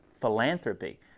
Philanthropy